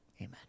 Amen